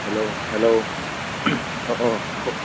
hello hello অঁ অঁ কওক